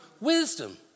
wisdom